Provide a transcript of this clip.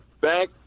back